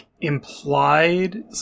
implied